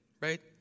right